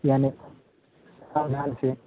यानी सावधानसँ